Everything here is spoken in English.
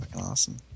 awesome